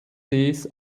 sees